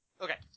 Okay